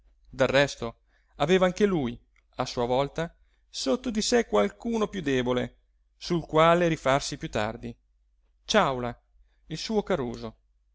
del resto aveva anche lui a sua volta sotto di sé qualcuno piú debole sul quale rifarsi piú tardi ciàula il suo caruso